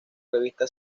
revista